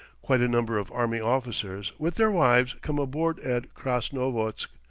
quite a number of army officers, with their wives, come aboard at krasnovodsk.